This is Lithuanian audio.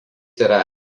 yra